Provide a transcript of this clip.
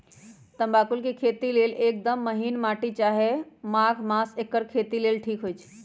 तमाकुल के खेती लेल एकदम महिन माटी चाहि माघ मास एकर खेती लेल ठीक होई छइ